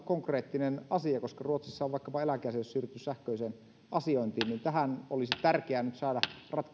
konkreettinen asia koska ruotsissa on vaikkapa eläkeasioissa siirrytty sähköiseen asiointiin tähän olisi tärkeää nyt saada ratkaisu